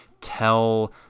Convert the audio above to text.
Tell